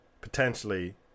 potentially